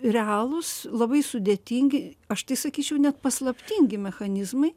realūs labai sudėtingi aš tai sakyčiau net paslaptingi mechanizmai